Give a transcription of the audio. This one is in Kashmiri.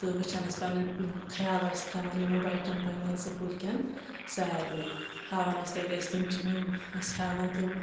تہٕ وٕچھن ٲسۍ پننؠن خَیال ٲسۍ تھاوَان یِمَن بَچَن پننؠن سکوٗل کؠن سارنٕے ہاوَان ٲسۍ تَتہِ اَسہِ تِم چی یِم ٲسۍ ہاوَان تِم